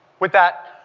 with that,